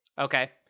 Okay